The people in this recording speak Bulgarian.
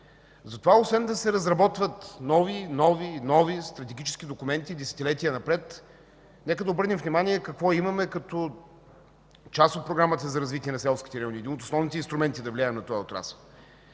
Затова освен да се разработват нови, нови и нови стратегически документи за десетилетия напред, нека да обърнем внимание какво имаме като част от Програмата за развитие на селските райони – един от основните инструменти за влияние на този отрасъл.